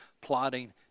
plotting